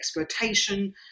exploitation